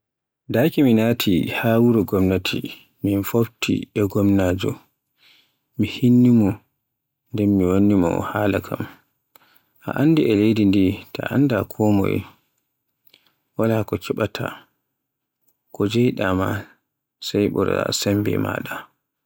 Daaki mi naati haa wuro gomnaati min fofti e gomnaajo, mi hinni mo nden mi wanni mo haala kan. A anndi e leydi ndi taa annda konmoye wala ko keɓaata, ko jeyɗa maa sai ɓura sembe maaɗa.